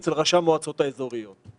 אצל ראשי המועצות האזוריות.